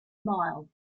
mild